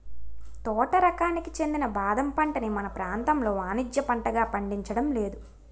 తోట రకానికి చెందిన బాదం పంటని మన ప్రాంతంలో వానిజ్య పంటగా పండించడం లేదు